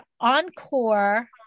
encore